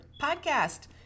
podcast